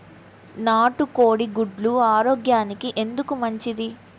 నాటు కోడి గుడ్లు ఆరోగ్యానికి ఎందుకు మంచిది?